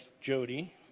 Jody